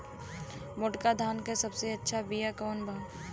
मोटका धान के सबसे अच्छा बिया कवन बा?